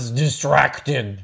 distracted